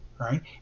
right